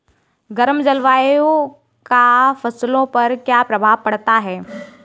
गर्म जलवायु का फसलों पर क्या प्रभाव पड़ता है?